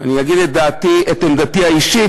להגיד את עמדתי האישית,